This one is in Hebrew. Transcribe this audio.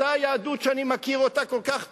אותה יהדות שאני מכיר כל כך טוב,